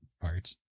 parts